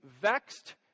vexed